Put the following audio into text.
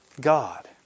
God